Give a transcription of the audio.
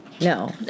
No